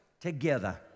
together